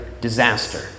disaster